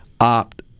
opt